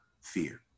fear